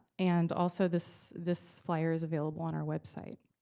and also this this flyer is available on our website.